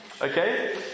Okay